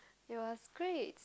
it was great